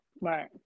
Right